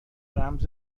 رمز